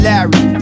Larry